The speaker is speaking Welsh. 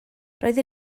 roedd